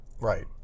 Right